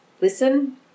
listen